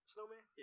Snowman